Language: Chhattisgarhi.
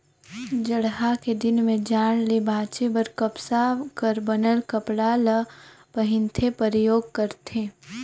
जड़हा के दिन में जाड़ ले बांचे बर कपसा कर बनल कपड़ा ल पहिनथे, परयोग करथे